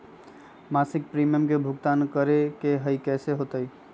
मासिक प्रीमियम के भुगतान करे के हई कैसे होतई?